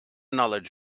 knowledge